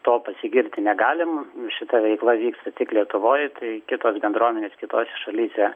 to pasigirti negalim šita veikla vyksta tik lietuvoj tai kitos bendruomenės kitos šalyse